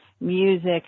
music